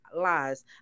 lies